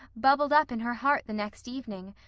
bubbled up in her heart the next evening,